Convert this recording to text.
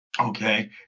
okay